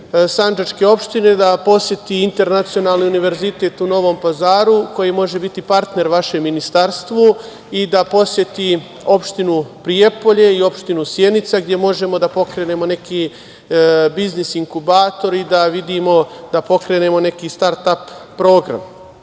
Sandžačke opštine, da poseti Internacionalni univerzitet u Novom Pazaru, koji može biti partner vašem ministarstvu i da poseti opštinu Prijepolje i opštinu Sjenica gde možemo da pokrenemo neki biznis inkubatori, da vidimo, da pokrenemo neki start ap program. Danas